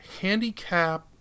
handicap